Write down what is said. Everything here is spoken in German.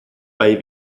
bei